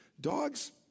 dogs